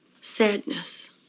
Sadness